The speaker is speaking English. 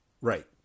right